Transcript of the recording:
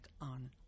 on